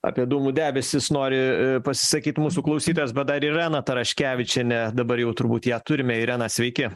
apie dūmų debesis nori pasisakyt mūsų klausytojas bet dar irena taraškevičienė dabar jau turbūt ją turime irena sveiki